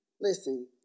Listen